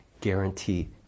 guarantee